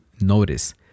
notice